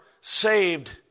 saved